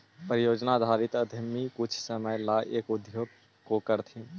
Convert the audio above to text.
परियोजना आधारित उद्यमी कुछ समय ला एक उद्योग को करथीन